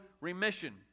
remission